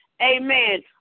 Amen